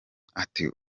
ati